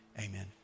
Amen